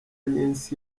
agnes